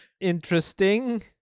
interesting